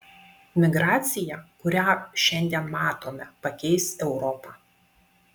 migracija kurią šiandien matome pakeis europą